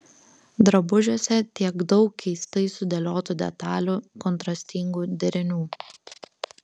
drabužiuose tiek daug keistai sudėliotų detalių kontrastingų derinių